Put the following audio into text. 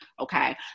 Okay